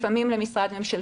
לפעמים למשרד ממשלתי.